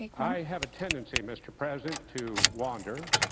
i have a tendency, mr. president, to wander,